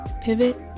Pivot